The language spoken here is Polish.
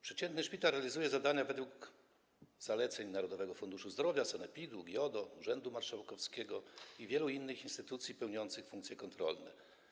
Przeciętny szpital realizuje zadania według zaleceń Narodowego Funduszu Zdrowia, sanepidu, GIODO, urzędu marszałkowskiego i wielu innych instytucji pełniących funkcje kontrolne.